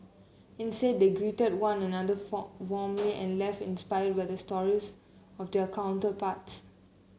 instead they greeted one another for warmly and left inspired by the stories of their counterparts